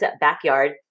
backyard